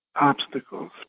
obstacles